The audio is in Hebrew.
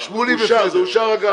הסעיף אושר.